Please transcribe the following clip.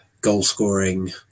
goal-scoring